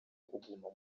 kuguma